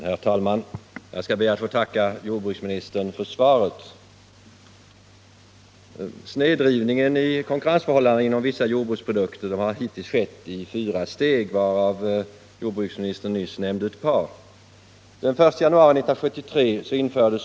Herr talman! Jag skall be att få tacka jordbruksministern för svaret. Snedvridningen i konkurrensförhållandena mellan vissa jordbruksprodukter har hittills skett i fyra steg, varav jordbruksministern nyss nämnde ett par.